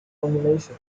abomination